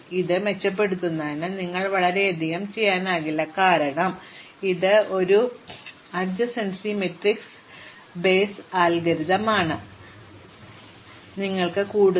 ഇത് മെച്ചപ്പെടുത്തുന്നതിന് നിങ്ങൾക്ക് വളരെയധികം ചെയ്യാനാകില്ല കാരണം ഇത് ഒരു സമീപസ്ഥ മാട്രിക്സ് ബേസ് അൽഗോരിതം ആണ് ഞങ്ങൾക്ക് പട്ടികയിലേക്ക് നീങ്ങാൻ കഴിയില്ല കുറഞ്ഞത് പരമാവധി കണക്കാക്കേണ്ടതില്ല